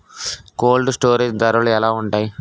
Cold storage ధరలు ఎలా ఉంటాయి?